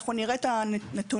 אנחנו נראה אתה נתונים,